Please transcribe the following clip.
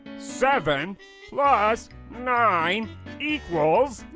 seven plus nine equals.